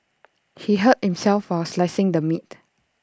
he hurt himself while slicing the meat